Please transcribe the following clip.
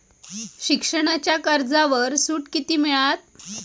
शिक्षणाच्या कर्जावर सूट किती मिळात?